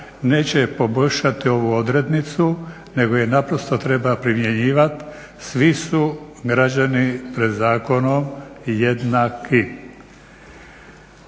neće poboljšati ovu odrednicu, nego je naprosto treba primjenjivati svi su građani pred zakonom jednaki.